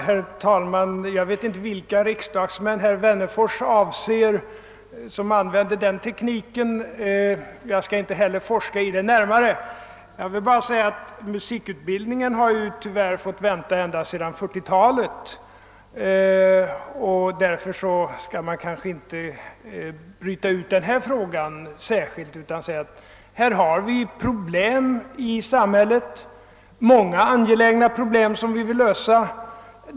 Herr talman! Jag vet inte vilka riksdagsmän herr Wennerfors avser som använder den tekniken, och jag skall inte heller forska i det närmare. Jag vill bara säga att musikutbildningen tyvärr fått vänta ända sedan 1940-talet, och därför skall man kanske inte bryta ut just denna delfråga. Vi bör i stället säga att vi har många angelägna problem i samhället som vi vill lösa.